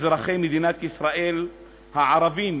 אזרחי מדינת ישראל הערבים,